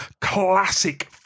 classic